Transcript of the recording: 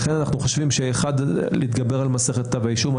לכן אנחנו חושבים שלהתגבר על מסכת כתב האישום,